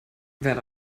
wäre